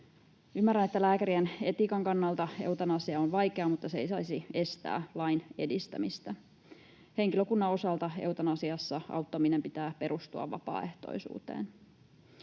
Ymmärrän, että lääkärien etiikan kannalta eutanasia on vaikea, mutta se ei saisi estää lain edistämistä. Henkilökunnan osalta eutanasiassa auttamisen pitää perustua vapaaehtoisuuteen.